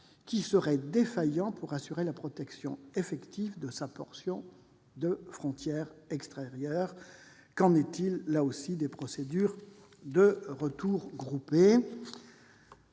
qui serait défaillant pour assurer la protection effective de sa portion de frontière extérieure ? Qu'en est-il des procédures de retour groupé ?